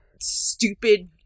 stupid